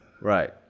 Right